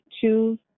choose